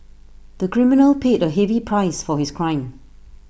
the criminal paid A heavy price for his crime